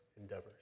endeavors